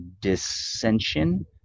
dissension